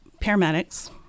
paramedics